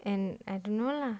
and I don't know lah